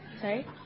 Sorry